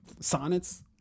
Sonnets